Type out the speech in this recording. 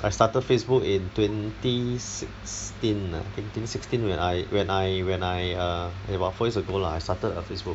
I started Facebook in twenty sixteen ah twenty sixteen when I when I when I err about four years ago lah I started a Facebook